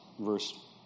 verse